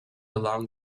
along